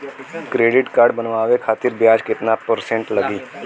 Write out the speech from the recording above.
Credit card बनवाने खातिर ब्याज कितना परसेंट लगी?